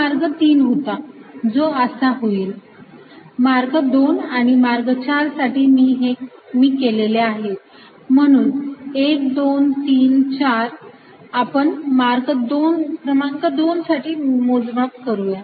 हा मार्ग 3 होता जो असा होईल मार्ग 2 आणि मार्ग 4 साठी मी केलेले आहे म्हणून 1 2 3 4 आपण मार्ग क्रमांक 2 साठी मोजमाप करू